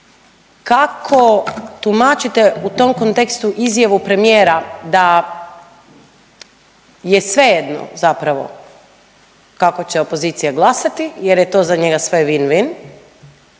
kako tumačite u tom kontekstu izjavu premijera da je svejedno zapravo kako će opozicija glasati jer je to za njega sve win-win